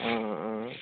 आं आं